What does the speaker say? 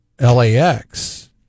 LAX